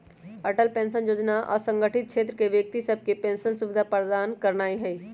Atal pension जोजना असंगठित क्षेत्र के व्यक्ति सभके पेंशन सुविधा प्रदान करनाइ हइ